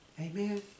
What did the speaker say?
Amen